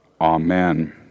Amen